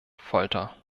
folter